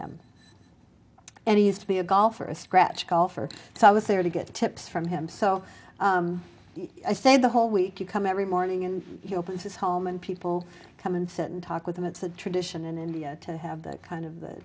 him and he used to be a golfer a scratch golfer so i was there to get tips from him so i say the whole week you come every morning and he opens his home and people come and sit and talk with them it's a tradition in india to have that kind of the